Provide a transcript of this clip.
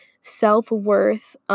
self-worth